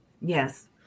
Yes